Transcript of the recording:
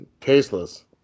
tasteless